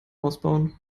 ausbauen